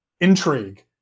intrigue